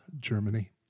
Germany